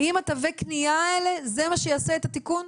האם תווי הקניה האלה זה מה שיעשה התיקון?